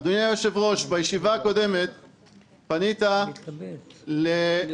אדוני היושב-ראש, בישיבה הקודמת פנית לנציג